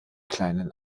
kleinen